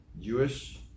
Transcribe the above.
Jewish